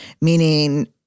meaning